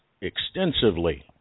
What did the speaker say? extensively